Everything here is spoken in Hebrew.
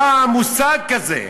היה מושג כזה,